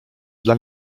dla